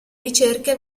ricerche